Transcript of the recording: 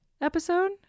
episode